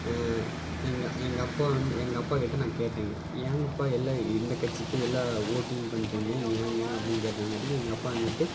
எங்கள் எங்கள் அப்பா வந்து எங்கள் அப்பாக்கிட்ட நான் கேட்டேன்ங்க ஏங்கப்பா எல்லாம் இந்த கட்சிக்கே எல்லா ஓட்டிங் பண்றிங்க ஏங்க அப்படின்னு கேட்டதுங்காடிக்கி எங்கள் அப்பா வந்துட்டு